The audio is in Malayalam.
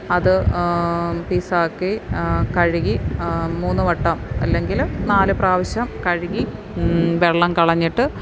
അത് പീസാക്കി കഴുകി മൂന്ന് വട്ടം അല്ലെങ്കില് നാലു പ്രാവശ്യം കഴുകി വെള്ളം കളഞ്ഞിട്ട്